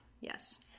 yes